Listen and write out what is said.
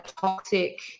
toxic